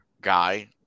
guy